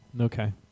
Okay